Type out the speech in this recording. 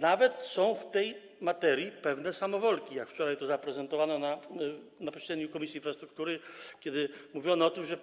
Nawet są w tej materii pewne samowolki, jak wczoraj to zaprezentowano na posiedzeniu Komisji Infrastruktury, kiedy mówiono o tym, że